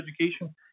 education